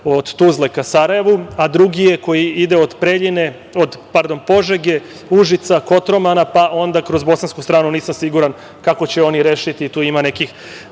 od Tuzle ka Sarajevu, a drugi ide od Požege, Užica, Kotromana, pa onda kroz bosansku stranu, nisam siguran kako će oni rešiti, tu ima nekih